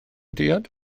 diod